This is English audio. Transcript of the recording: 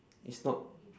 it's not